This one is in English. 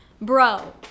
Bro